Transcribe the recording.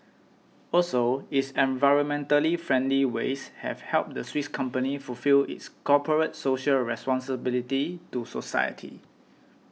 also its environmentally friendly ways have helped the Swiss company fulfil its corporate social responsibility to society